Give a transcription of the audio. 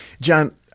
John